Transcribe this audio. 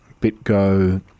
BitGo